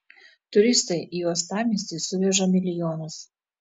turistai į uostamiestį suveža milijonus